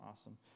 awesome